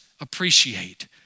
appreciate